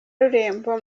rurembo